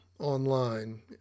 online